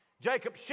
Jacob